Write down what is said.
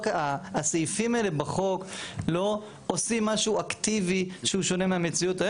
הסעיפים האלה בחוק לא עושים משהו אקטיבי שהוא שונה מהמציאות היום.